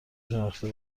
شناخته